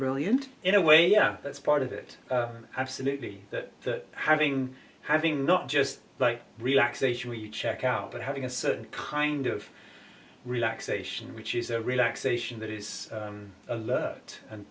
brilliant in a way that's part of it absolutely that having having not just like relaxation when you check out but having a certain kind of relaxation which is a relaxation that is alert and